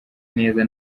neza